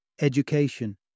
education